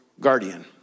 guardian